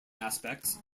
aspects